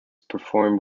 performed